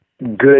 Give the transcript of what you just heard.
good